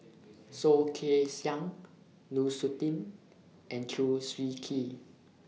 Soh Kay Siang Lu Suitin and Chew Swee Kee